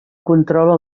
controla